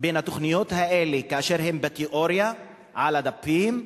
בין התוכניות האלה, כאשר הן בתיאוריה, על הדפים,